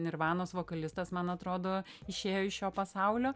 nirvanos vokalistas man atrodo išėjo iš šio pasaulio